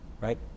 right